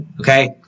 Okay